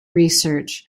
research